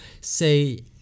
Say